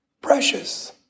Precious